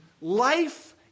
life